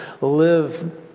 live